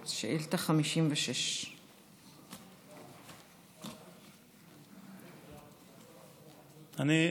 שאילתה 56. אני,